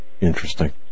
interesting